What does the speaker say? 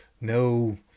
no